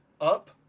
up